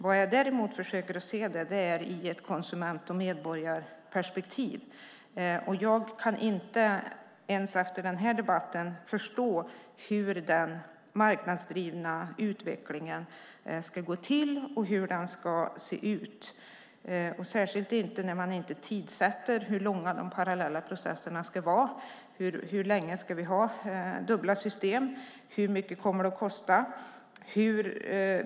Men jag försöker däremot se det i ett konsument och medborgarperspektiv. Jag kan inte ens efter den här debatten förstå hur den marknadsdrivna utvecklingen ska gå till och hur den ska se ut, särskilt inte när man inte tidsätter hur långa de parallella processerna ska vara. Hur länge ska vi ha dubbla system? Hur mycket kommer det att kosta?